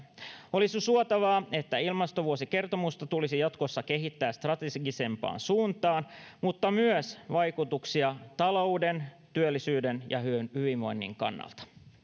olisi suotavaa että ilmastovuosikertomusta kehitettäisiin jatkossa strategisempaan suuntaan mutta tarkasteltaisiin vaikutuksia myös talouden työllisyyden ja hyvinvoinnin kannalta